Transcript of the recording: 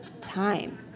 time